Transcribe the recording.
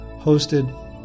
hosted